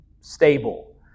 stable